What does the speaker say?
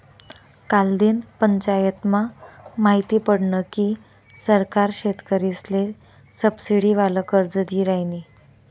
कालदिन पंचायतमा माहिती पडनं की सरकार शेतकरीसले सबसिडीवालं कर्ज दी रायनी